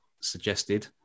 suggested